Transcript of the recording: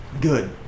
Good